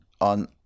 on